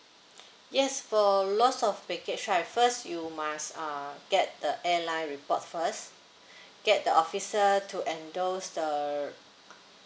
yes for lost of baggage right first you must err get the airline report first get the officer to endorse the